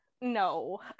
no